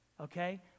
okay